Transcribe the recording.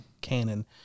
canon